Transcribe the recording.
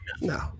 No